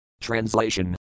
Translation